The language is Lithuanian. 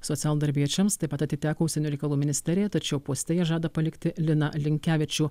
socialdarbiečiams taip pat atiteko užsienio reikalų ministerija tačiau poste jie žada palikti liną linkevičių